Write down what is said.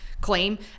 claim